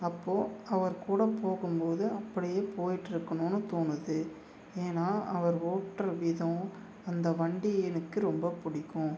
அப்போது அவர் கூட போகும்போது அப்படியே போயிட்ருக்கணும்னு தோணுது ஏன்னா அவர் ஓட்டுற விதம் அந்த வண்டி எனக்கு ரொம்ப பிடிக்கும்